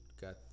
got